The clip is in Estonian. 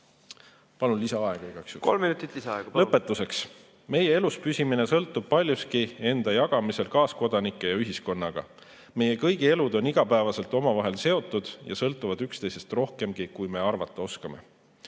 Palun! Kolm minutit lisaaega. Palun! Lõpetuseks, meie elus püsimine sõltub paljuski enda jagamisest kaaskodanike ja ühiskonnaga. Meie kõigi elu on igapäevaselt omavahel seotud ja me sõltume üksteisest rohkemgi, kui arvata oskame.